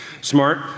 Smart